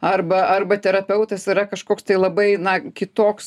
arba arba terapeutas yra kažkoks labai na kitoks